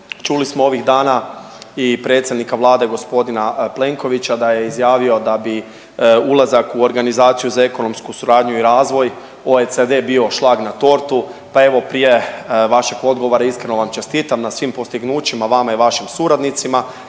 Čuli smo ovih dana i predsjednika Vlade gospodina Plenkovića da je izjavio da bi ulazak u Organizaciju za ekonomsku suradnju i razvoj OECD bio šlag na tortu, pa evo prije vašeg odgovora iskreno vam čestitam na svim postignućima vama i vašim suradnicima